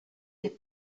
des